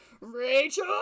Rachel